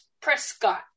Prescott